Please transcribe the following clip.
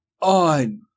on